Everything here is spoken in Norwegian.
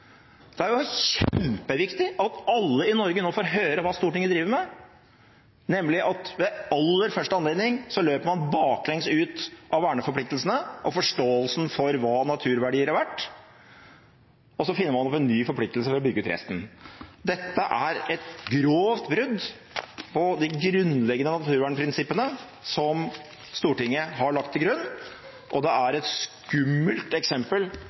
Det er kjempeviktig at alle i Norge nå får høre hva Stortinget driver med, nemlig at ved aller første anledning løper man baklengs ut av verneforpliktelsene og forståelsen for hva naturverdier er verdt, og så finner man opp en ny forpliktelse ved å bygge ut resten. Dette er et grovt brudd på de grunnleggende naturvernprinsippene som Stortinget har lagt til grunn, og det er et skummelt eksempel